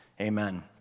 Amen